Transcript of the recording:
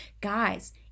guys